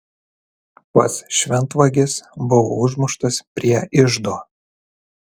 pats šventvagis buvo užmuštas prie iždo